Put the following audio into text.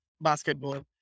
basketball